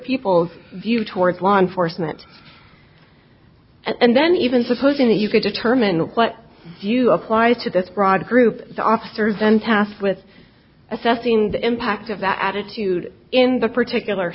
people's view towards law enforcement and then even supposing that you could determine what you applied to this broad group of officers then tasked with assessing the impact of that attitude in the particular